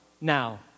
now